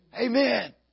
amen